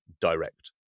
direct